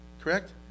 correct